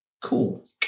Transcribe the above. Cool